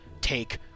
take